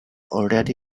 already